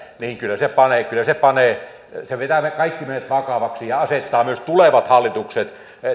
niin kyllä se vetää kaikki meidät vakavaksi ja asettaa myös tulevat hallitukset